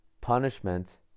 punishment